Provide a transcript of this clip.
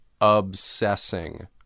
obsessing